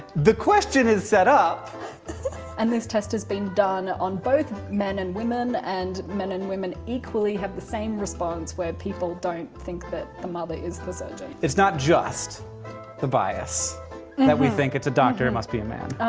the question is set up and this test has been done on both men and women and men and women equally have the same response where people don't think that the mother is the surgeon. it's not just the bias that we think it's a doctor, it must be a man.